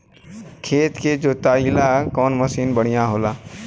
खेत के जोतईला कवन मसीन बढ़ियां होला?